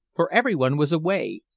for everyone was away,